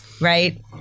right